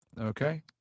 Okay